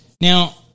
Now